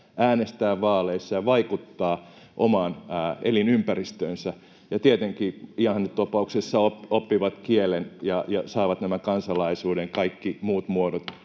äänestää vaaleissa ja vaikuttaa omaan elinympäristöönsä. Ja tietenkin ihannetapauksessa he oppivat kielen ja saavat nämä kansalaisuuden kaikki muut muodot.